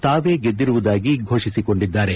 ತಾವೇ ಗೆದ್ದಿರುವುದಾಗಿ ಘೋಷಿಸಿಕೊಂಡಿದ್ದಾರೆ